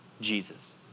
Jesus